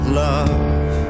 love